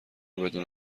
بدون